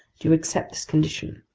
do you accept this condition?